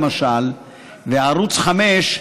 למשל ערוץ 5,